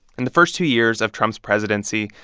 in the first two years of trump's presidency,